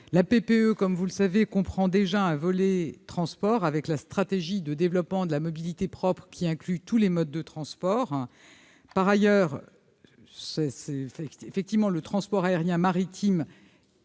La PPE, comme vous le savez, comprend déjà un volet « transport », avec la stratégie de développement de la mobilité propre, qui inclut tous les modes de transport. Par ailleurs, les transports aérien et maritime